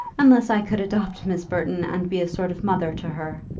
unless i could adopt miss burton, and be a sort of mother to her.